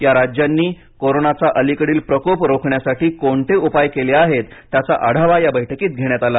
या राज्यांनी कोरोनाचा अलिकडील प्रकोप रोखण्यासाठी कोणते उपाय केले आहेत त्याचा आढावा या बैठकीत घेण्यात आला